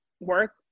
work